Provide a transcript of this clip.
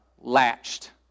latched